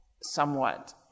somewhat